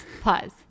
Pause